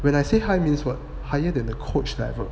when I say high means what higher than the coach level